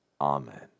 Amen